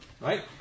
Right